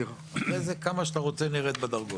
אחרי זה כמה שאתה רוצה נרד בדרגות.